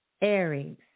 Aries